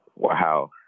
Wow